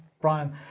Brian